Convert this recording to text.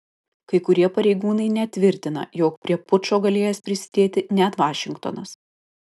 kai kurie pareigūnai net tvirtina jog prie pučo galėjęs prisidėti net vašingtonas